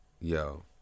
Yo